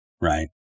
right